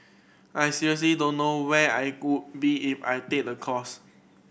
I seriously don't know where I would be if I take the course